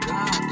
God